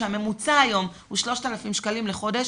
שהממוצע היום הוא 3,000 שקלים לחודש,